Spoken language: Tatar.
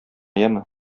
яме